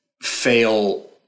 fail